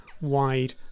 wide